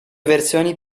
versioni